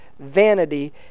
vanity